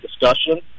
discussion